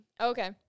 Okay